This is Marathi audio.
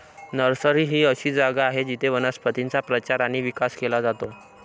नर्सरी ही अशी जागा आहे जिथे वनस्पतींचा प्रचार आणि विकास केला जातो